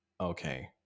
okay